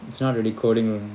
it's not really coding